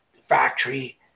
Factory